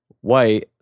white